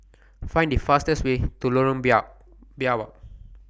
Find The fastest Way to Lorong Biawak